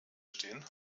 stehen